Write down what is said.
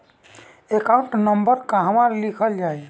Account number कहवा लिखल जाइ?